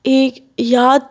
एक याद